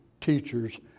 teachers